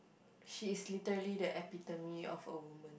she is literally the epitome of a woman